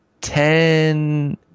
ten